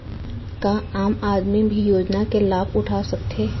का आम आदमी भी योजना के लाभ उठा सकथे?